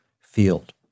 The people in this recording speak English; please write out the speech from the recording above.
field